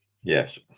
Yes